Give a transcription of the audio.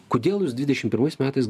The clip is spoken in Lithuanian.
kodėl jūs dvidešim pirmais metais